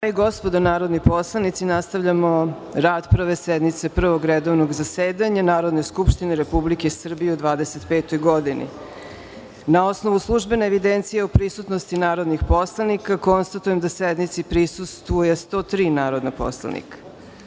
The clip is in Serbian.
i gospodo narodni poslanici, nastavljamo rad Prve sednice Prvog redovnog zasedanja Narodne skupštine Republike Srbije u 2025. godini. Na osnovu službene evidencije o prisutnosti narodnih poslanika, konstatujem da sednici prisustvuju 103 narodna poslanika. Radi